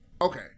Okay